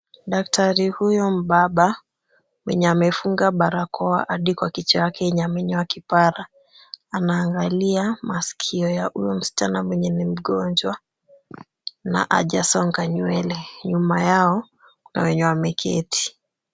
Daktari huyu mbaba mwenye amefunga barakoa hadi kwa kichwa yake yenye amenyoa kipara anaangalia maskio ya huyo msichana mwenye ni mgonjwa na hajasonga nywele. Nyuma yao kuna wenye wameketi.